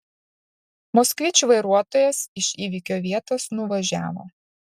moskvič vairuotojas iš įvykio vietos nuvažiavo